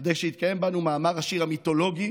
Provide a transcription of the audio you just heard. וכדי שיתקיים בנו מאמר השיר המיתולוגי